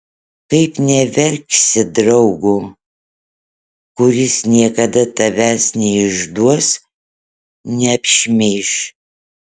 kaip neverksi draugo kuris niekada tavęs neišduos neapšmeiš